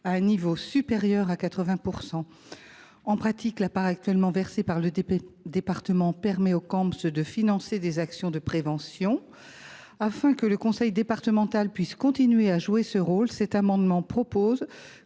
à un niveau supérieur à 80 %. En pratique, la part actuellement versée par le département permet aux Camsp de financer des actions de prévention. Afin que le conseil départemental puisse continuer de jouer ce rôle, cet amendement vise